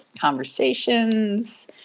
conversations